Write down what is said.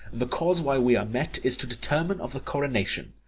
the cause why we are met is to determine of the coronation.